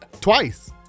Twice